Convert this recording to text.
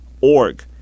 org